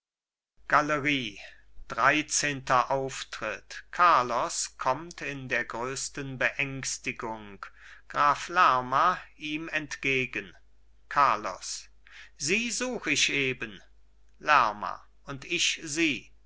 galerie dreizehnter auftritt carlos kommt in der größten beängstigung graf lerma ihm entgegen carlos sie such ich eben lerma und ich sie